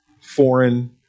foreign